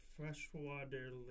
Freshwater